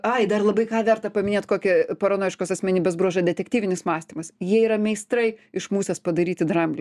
ai dar labai ką verta paminėt kokį paranojiškos asmenybės bruožą detektyvinis mąstymas jie yra meistrai iš musės padaryti dramblį